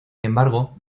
embargo